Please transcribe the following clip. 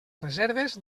reserves